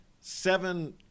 seven